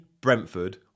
Brentford